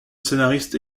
scénariste